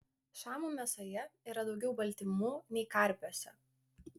šamų mėsoje yra daugiau baltymų nei karpiuose